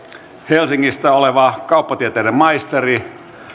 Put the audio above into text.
helsingistä oleva kauppatieteiden maisteri